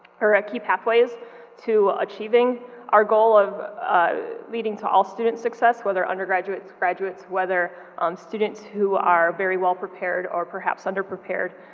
or ah key pathways to achieving our goal of leading to all student success. whether undergraduates, graduates, whether students who are very well prepared or perhaps under prepared.